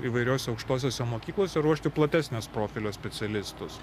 įvairiose aukštosiose mokyklose ruošti platesnio profilio specialistus